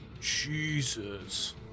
jesus